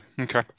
Okay